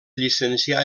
llicencià